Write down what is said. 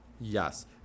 Yes